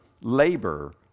labor